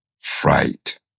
fright